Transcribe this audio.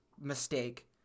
mistake